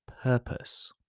purpose